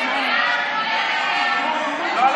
לוועדה